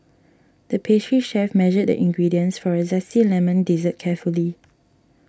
the pastry chef measured the ingredients for a Zesty Lemon Dessert carefully